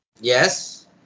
Yes